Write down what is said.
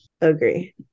Agree